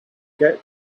get